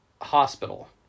hospital